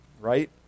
Right